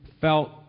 felt